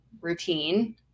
routine